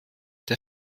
der